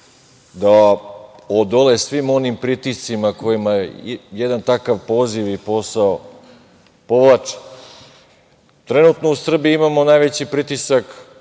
da odole svim onim pritiscima koje jedan takav poziv i posao povlači. Trenutno u Srbiji imamo najveći pritisak